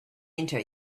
enter